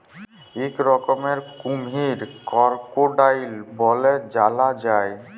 ইক রকমের কুমহির করকোডাইল ব্যলে জালা যায়